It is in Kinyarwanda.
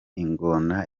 ingona